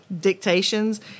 dictations